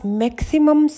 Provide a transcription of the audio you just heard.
maximum